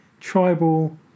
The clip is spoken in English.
tribal